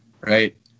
right